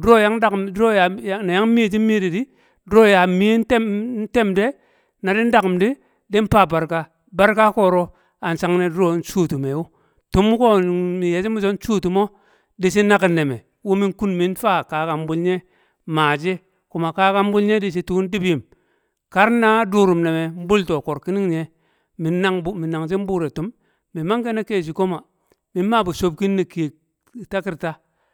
bure̱ yang dakum du̱ro̱ yang na ya yang miye shi miye de di, du̱ro̱ yar nmi̱ye te̱m- te̱m de̱, a di daku̱m di di faa barka. barka ko̱ro, an chang ne du̱ro̱ nshuwo tum e̱ wu̱. tum wu ko̱ miye̱ shi̱ mi son shuwtum o, dishi̱ nakin ne me wu min kun min faa kakan bulnye maa she̱ kuma kakan bulnye nye maa she̱ kuma kakan nbu̱l nye̱ di shi tuu ndib yum kar na durum e me̱ nbul to kor kining nyiye, minanag bu mi̱ nan shin buure tum. mi manke̱ na ke shi komo, mir nmaa bu chob kin ne̱ kiye̱ takirta